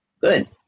good